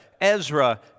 Ezra